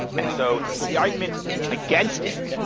and so the argument against it,